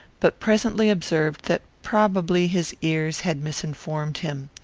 but presently observed that probably his ears had misinformed him.